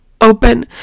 open